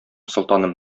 солтаным